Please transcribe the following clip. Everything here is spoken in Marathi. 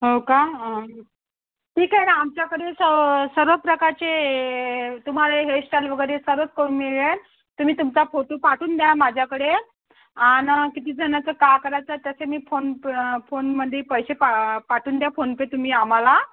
हो का ठीक आहे ना आमच्याकडे स सर्व प्रकारचे तुम्हाला हेअरस्टाईल वगैरे सर्वच करून मिळेल तुम्ही तुमचा फोटो पाठवून द्या माझ्याकडे आणि किती जणाचं का करायचं तसे मी फोन फोनमध्ये पैसे पा पाठवून द्या फोनपे तुम्ही आम्हाला